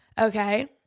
okay